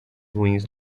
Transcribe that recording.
ruins